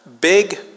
big